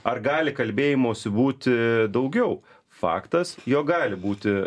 ar gali kalbėjimosi būti daugiau faktas jog gali būti